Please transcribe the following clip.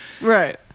Right